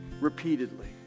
repeatedly